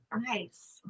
Nice